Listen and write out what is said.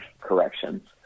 corrections